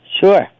Sure